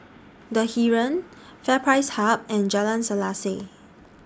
The Heeren FairPrice Hub and Jalan Selaseh